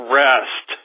rest